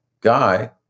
guy